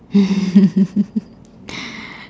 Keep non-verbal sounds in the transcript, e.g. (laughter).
(laughs)